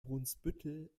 brunsbüttel